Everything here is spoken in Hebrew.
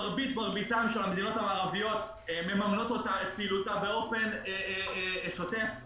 מרביתן של המדינות המערביות מממנות את פעילותה באופן שוטף,